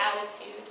attitude